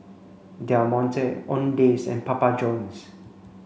Del Monte Owndays and Papa Johns